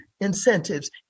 incentives